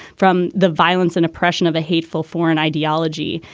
from the violence and oppression of a hateful foreign ideology.